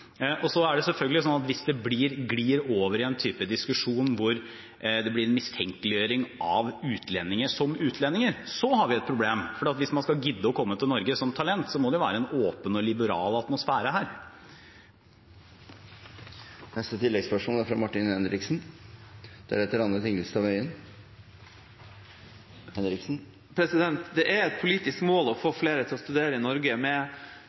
Så er det selvfølgelig slik at hvis dette glir over i en diskusjon hvor det blir mistenkeliggjøring av utlendinger som utlendinger, har vi et problem. For hvis man skal gidde å komme til Norge som talent, må det være en åpen og liberal atmosfære her. Martin Henriksen – til oppfølgingsspørsmål. Det er et politisk mål å få flere til å studere i Norge. Med